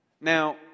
Now